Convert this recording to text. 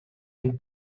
ein